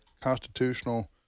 constitutional